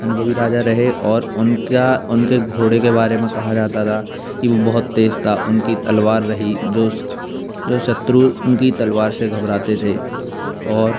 अनुभवी राजा रहे और उनका उनके घोड़े के बारे में कहा जाता था कि वो बहुत तेज था उनकी तलवार रही जो जो शत्रु उनकी तलवार से घबराते थे और